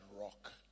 rock